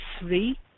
three